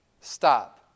stop